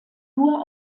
nur